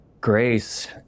grace